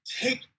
take